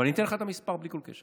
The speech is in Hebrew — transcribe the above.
אבל אני אתן לך את המספר בלי כל קשר.